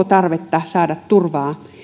tarvetta saada turvaa